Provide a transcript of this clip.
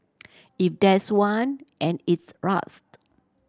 if there's one and its rust